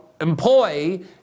employ